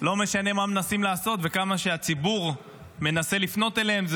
שלא משנה מה מנסים לעשות וכמה שהציבור מנסה לפנות אליהם,